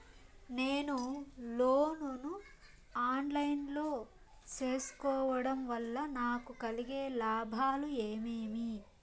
నేను లోను ను online లో సేసుకోవడం వల్ల నాకు కలిగే లాభాలు ఏమేమీ?